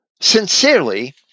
sincerely